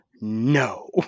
No